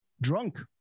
drunk